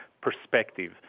perspective